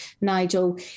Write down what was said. Nigel